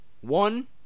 One